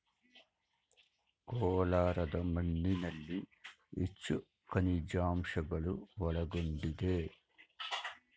ಕೋಲಾರದ ಮಣ್ಣಿನಲ್ಲಿ ಹೆಚ್ಚು ಖನಿಜಾಂಶಗಳು ಒಳಗೊಂಡಿದೆ